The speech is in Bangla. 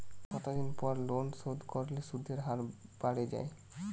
কতদিন পর লোন শোধ করলে সুদের হার বাড়ে য়ায়?